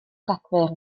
rhagfyr